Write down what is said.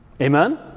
Amen